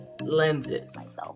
lenses